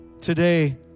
today